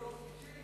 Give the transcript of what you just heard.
בדור שישי,